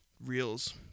reels